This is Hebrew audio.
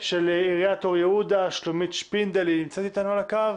של עיריית אור יהודה, היא נמצאת איתנו על הקו?